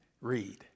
Read